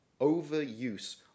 overuse